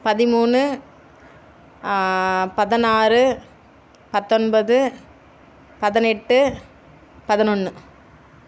பதிமூணு பதினாறு பத்தொன்பது பதினெட்டு பதினொன்னு